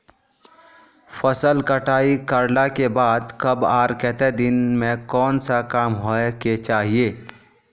फसल कटाई करला के बाद कब आर केते दिन में कोन सा काम होय के चाहिए?